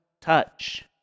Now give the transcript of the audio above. touch